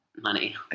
Money